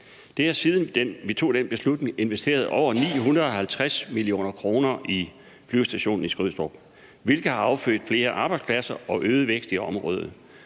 Vi har, siden vi tog den beslutning, investeret over 960 mio. kr. i flyvestationen i Skrydstrup, hvilket har affødt flere arbejdspladser og øget vækst i området.